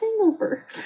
hangover